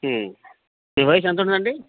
ఆ మీ వయసు ఎంతుంటుందండి